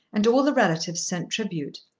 and all the relatives sent tribute.